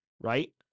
right